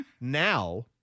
now